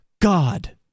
God